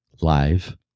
live